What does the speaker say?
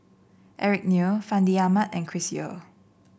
Eric Neo Fandi Ahmad and Chris Yeo